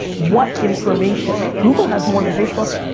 what information? google has more than facebook.